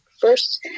first